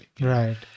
Right